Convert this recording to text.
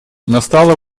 настало